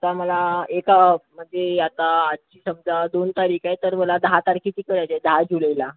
आता मला एका म्हणजे आता आजची समजा दोन तारीख आहे तर मला दहा तारखेची करायची आहे दहा जुलैला